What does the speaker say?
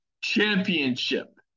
championship